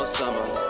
summer